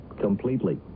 Completely